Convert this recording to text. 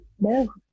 No